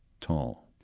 tall